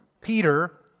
Peter